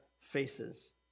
faces